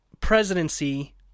presidency